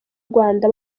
rwanda